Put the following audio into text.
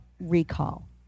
recall